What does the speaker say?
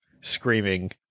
screaming